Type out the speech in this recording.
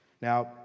Now